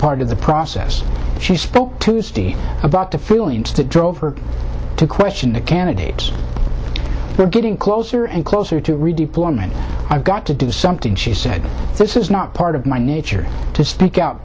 part of the process she spoke tuesday about the feelings to drove her to question the candidates were getting closer and closer to redeployment i've got to do something she said this is not part of my nature to speak out